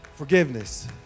Forgiveness